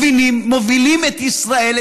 מובילים את ישראל,